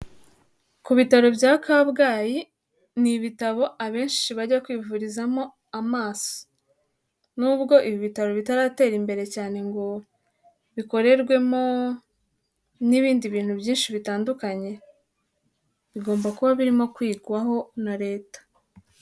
Ku bitaro bya Kabgayi, ni ibitaro abenshi bajya kwivurizamo amaso, nubwo ibi bitaro bitaratera imbere cyane ngo bikorerwemo n'ibindi bintu byinshi bitandukanye bigomba kuba birimo kwigwaho na Leta.